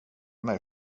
mig